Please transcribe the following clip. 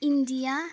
India